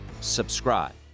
subscribe